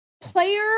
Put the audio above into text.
player